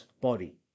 body